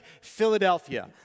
Philadelphia